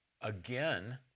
again